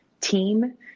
team